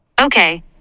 Okay